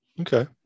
Okay